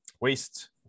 waste